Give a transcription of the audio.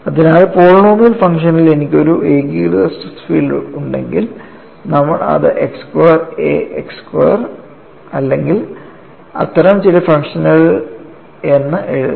അതിനാൽ പോളിനോമിയൽ ഫംഗ്ഷനിൽ എനിക്ക് ഒരു ഏകീകൃത സ്ട്രെസ് ഫീൽഡ് ഉണ്ടെങ്കിൽ നമ്മൾ അത് x square a x square അല്ലെങ്കിൽ അത്തരം ചില ഫംഗ്ഷനുകൾ എന്ന് എഴുതുന്നു